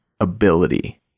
ability